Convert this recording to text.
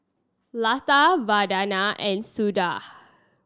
Lata Vandana and Sudhir